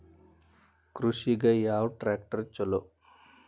ಕೃಷಿಗ ಯಾವ ಟ್ರ್ಯಾಕ್ಟರ್ ಛಲೋ?